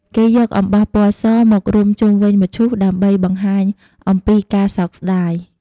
គេយកអំបោះពណ៌សមករុំជុំវិញមឈូស ដើម្បីបង្ហាញអំពីការសោកស្តាយ។